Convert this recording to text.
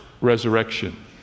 resurrection